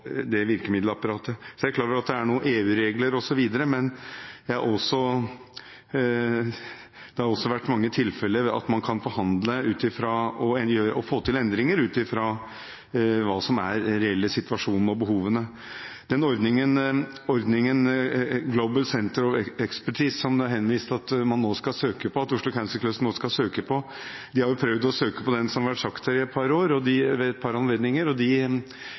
på virkemiddelapparatet. Så er jeg klar over at det er noen EU-regler osv., men det har også vært mange tilfeller der man har kunnet forhandle og få til endringer ut fra hva som er den reelle situasjonen og behovene. Global Centres of Expertise, som det er vist til at Oslo Cancer Cluster nå skal søke på, er en ordning som de har prøvd å søke på, som det har vært sagt her, i et par år, ved et par anledninger. De